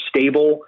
stable